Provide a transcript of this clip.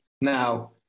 Now